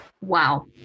Wow